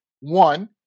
one